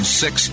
six